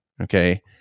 okay